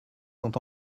sont